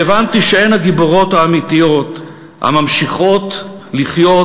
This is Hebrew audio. והבנתי שהן הגיבורות האמיתיות הממשיכות לחיות